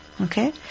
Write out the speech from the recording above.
Okay